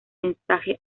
mensaje